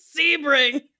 sebring